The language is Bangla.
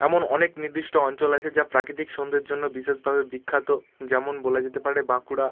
এমন অনেক নির্দিষ্ট অঞ্চল আছে যা প্রাকৃতিক সৌন্দর্যের জন্য বিশেষভাবে বিখ্যাত যেমন বলা যেতে পারে বাঁকুড়া